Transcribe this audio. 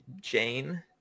Jane